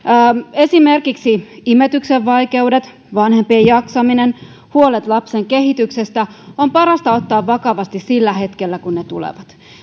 esimerkiksi imetyksen vaikeudet vanhempien jaksaminen ja huolet lapsen kehityksestä on parasta ottaa vakavasti sillä hetkellä kun ne tulevat